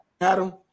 Adam